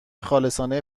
خالصانه